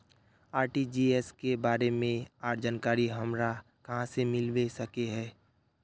RTGS के बारे में आर जानकारी हमरा कहाँ से मिलबे सके है?